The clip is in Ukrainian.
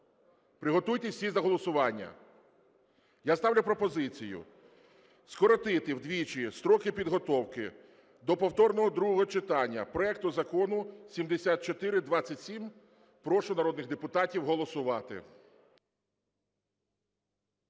Приготуйтесь всі до голосування. Я ставлю пропозицію скоротити вдвічі строки підготовки до повторного другого читання проекту Закону 7427. Прошу народних депутатів голосувати.